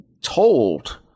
told